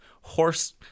horse